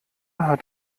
hat